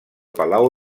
palau